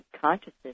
consciousness